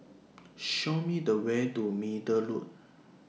Show Me The Way to Middle Road